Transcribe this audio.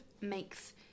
makes